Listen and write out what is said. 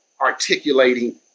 articulating